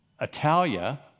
Italia